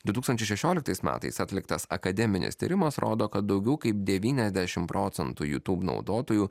du tūkstančiai šešioliktais metais atliktas akademinis tyrimas rodo kad daugiau kaip devyniasdešim procentų jutūb naudotojų